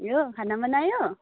ए हो खाना बनायो